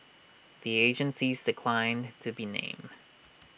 the agencies declined to be named